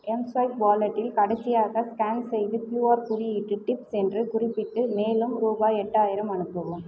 mSwipe வாலெட்டில் கடைசியாக scan செய்த கியூஆர் குறியீட்டுக்கு டிப்ஸ் என்று குறிப்பிட்டு மேலும் ரூபாய் எட்டாயிரம் அனுப்பவும்